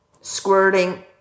squirting